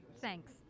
Thanks